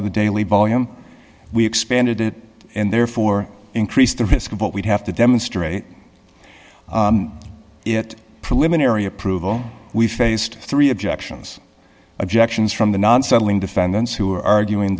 of the daily volume we expanded it and therefore increased the risk of what we'd have to demonstrate it preliminary approval we faced three objections objections from the non settling defendants who were arguing